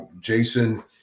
Jason